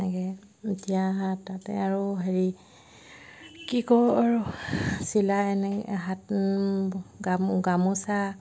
এনেকৈ এতিয়া তাতে আৰু হেৰি কি কৰোঁ আৰু চিলাই এনে হাত গামো গামোচা